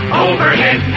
overhead